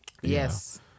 Yes